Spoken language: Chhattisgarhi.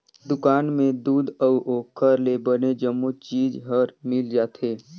दुकान में दूद अउ ओखर ले बने जम्मो चीज हर मिल जाथे